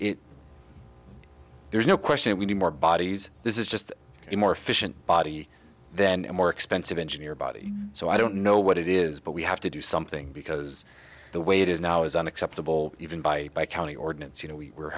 it there's no question we need more bodies this is just a more efficient body then a more expensive engineer body so i don't know what it is but we have to do something because the way it is now is unacceptable even by by county ordinance you know we were